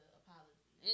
apology